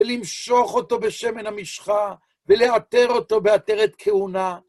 ולמשוח אותו בשמן המשחה, ולעטר אותו בעטרת כהונה.